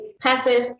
Passive